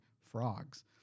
frogs